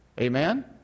Amen